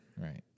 Right